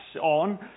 on